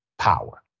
Power